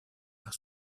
par